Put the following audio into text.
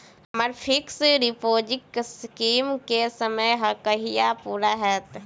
हम्मर fix deposit scheme केँ समय कहिया पूरा हैत?